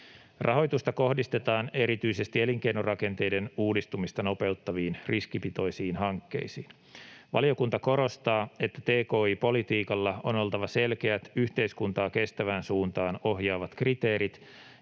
Rahoitusta kohdistetaan erityisesti elinkeinorakenteiden uudistumista nopeuttaviin, riskipitoisiin hankkeisiin. Valiokunta korostaa, että tki-politiikalla on oltava selkeät, yhteiskuntaa kestävään suuntaan ohjaavat kriteerit,